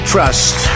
Trust